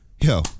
Yo